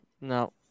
no